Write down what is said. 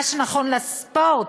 מה שנכון לספורט,